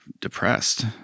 depressed